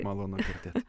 malonu girdėt